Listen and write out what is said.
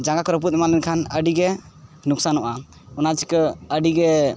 ᱡᱟᱸᱜᱟ ᱠᱚ ᱨᱟᱹᱯᱩᱫ ᱮᱢᱟᱱ ᱞᱮᱱᱠᱷᱟᱱ ᱟᱹᱰᱤᱜᱮ ᱱᱩᱠᱥᱟᱱᱚᱜᱼᱟ ᱚᱱᱟ ᱪᱤᱠᱟᱹ ᱟᱹᱰᱤᱜᱮ